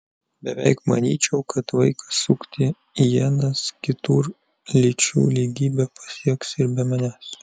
beveik manyčiau kad laikas sukti ienas kitur lyčių lygybę pasieks ir be manęs